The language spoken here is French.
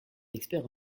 experts